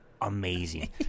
amazing